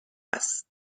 است